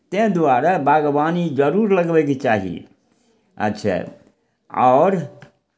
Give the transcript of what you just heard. तैँ दुआरे बागवानी जरूर लगबयके चाही अच्छा आओर